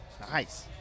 Nice